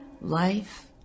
Life